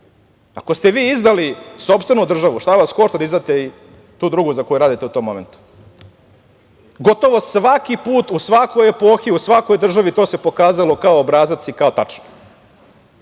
Ako ste vi izdali sopstvenu državu, šta vas košta da izdate i tu drugu, za koju radite, u tom momentu. Gotovo svaki put, u svakoj epohi, u svakoj državi to se pokazalo kao obrazac i kao tačno. Drugo,